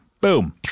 Boom